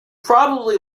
probably